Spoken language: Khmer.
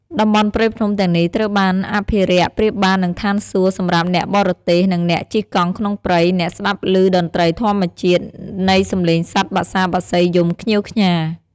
តំបន់ព្រៃភ្នំទាំងនេះត្រូវបានអភរិក្សប្រៀបបាននឹងឋានសួគ៌សម្រាប់អ្នកបររទេសនិងអ្នកជិះកង់ក្នុងព្រៃ អាចស្តាប់ឭតន្រ្តីធម្មជាតិ នៃសម្លេងសត្វបក្សាបក្សីយំខ្ញៀវខ្ញា។